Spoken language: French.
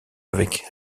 avec